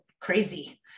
crazy